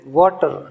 water